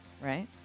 right